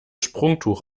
sprungtuch